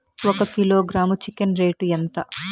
ఒక kilogram chicken rate ఎంత?